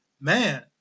man